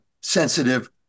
sensitive